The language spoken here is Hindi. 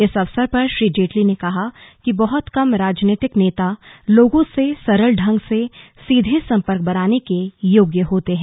इस अवसर पर श्री जेटली ने कहा कि बहत कम राजनीतिक नेता लोगों से सरल ढंग से सीधे संपर्क बनाने के योग्य होते हैं